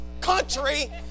country